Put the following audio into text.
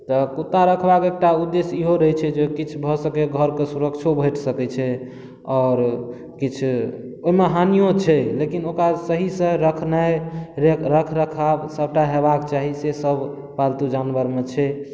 तऽ कुत्ता रखबाक एकटा उद्येश्य इहो रहै छै जे किछु भऽ सकै घरके सुरक्षो भेट सकै छै आओर किछु ओना हानियो छै लेकिन ओकरा सहीसँ रखनाइ रख रखाव सबटा हेबाक चाही से सब पालतू जानवरमे छै